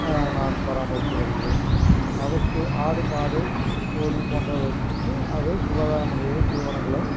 நான் பராமரித்து வருகிறேன் அதற்கு ஆடு மாடு கோழி போன்றவற்றிக்கு அதே சுகாதார முறையில் தீவனங்களும்